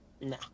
no